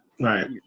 right